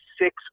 six